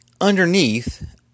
underneath